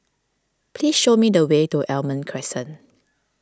please show me the way to Almond Crescent